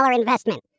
investment